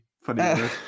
Funny